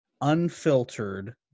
unfiltered